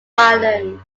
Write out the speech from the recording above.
island